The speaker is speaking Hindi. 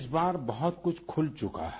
इस बार बहुत कुछ खुल चुका है